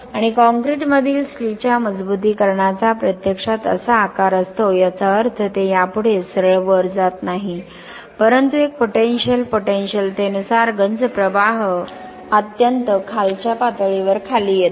आणि कॉंक्रिटमधील स्टीलच्या मजबुतीकरणाचा प्रत्यक्षात असा आकार असतो याचा अर्थ ते यापुढे सरळ वर जात नाही परंतु एक पोटेन्शियल पोटेन्शियलतेनुसार गंज प्रवाह अत्यंत खालच्या पातळीवर खाली येतो